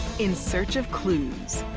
in search of clues.